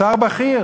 שר בכיר